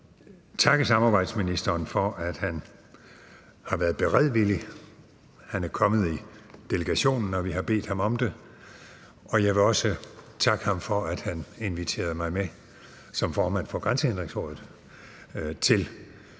jeg vil godt takke samarbejdsministeren for, at han har været beredvillig. Han er kommet i delegationen, når vi har bedt ham om det. Og jeg vil også takke ham for, at han inviterede mig med som formand for Grænsehindringsrådet til